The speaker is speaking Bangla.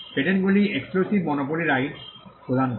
পেটেন্টগুলি এক্সক্লুসিভ মনোপলি রাইট প্রদান করে